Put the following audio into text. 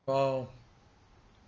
!wow!